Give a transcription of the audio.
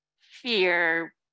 fear